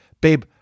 babe